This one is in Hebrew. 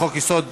לחוק-יסוד: